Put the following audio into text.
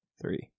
Three